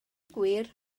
gwir